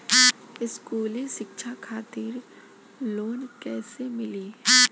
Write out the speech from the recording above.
स्कूली शिक्षा खातिर लोन कैसे मिली?